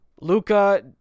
Luca